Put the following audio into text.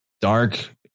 dark